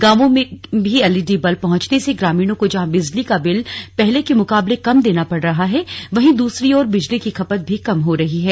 गांवों में भी एलईडी बल्ब पहुंचने से ग्रामीणों को जहां बिजली का बिल पहले के मुकाबले कम देना पड़ रहा है वहीं दूसरी ऑर बिजली की खपत भी कम हो रही है